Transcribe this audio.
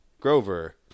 Grover